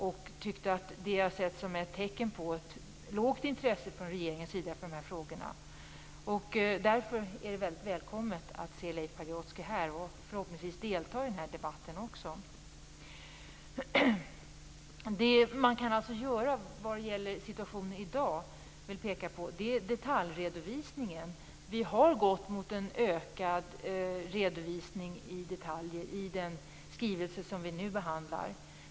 Jag har sett frånvaron som ett tecken på svagt intresse hos regeringen för dessa frågor. Därför är det välkommet att se Leif Pagrotsky här. Förhoppningsvis kommer han också att delta i debatten i dag. Vad man kan göra åt situationen i dag är att förbättra detaljredovisningen. Man har gått mot en ökad redovisning i detalj i den skrivelse som vi nu behandlar.